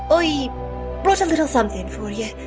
i brought a little something for ya.